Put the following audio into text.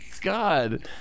god